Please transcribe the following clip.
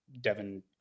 Devin